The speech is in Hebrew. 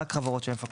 שמפקחים עליהן.